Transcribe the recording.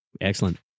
Excellent